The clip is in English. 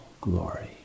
glory